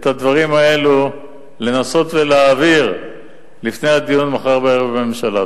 את הדברים האלה לנסות ולהעביר לפני הדיון מחר בערב בממשלה.